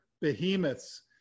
behemoths